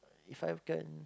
If I can